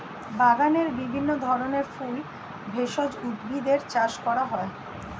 বাগানে বিভিন্ন ধরনের ফুল, ভেষজ উদ্ভিদের চাষ করা হয়